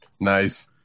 Nice